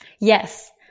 yes